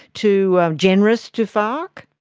too generous to farc?